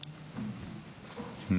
החשוב ביותר במדינת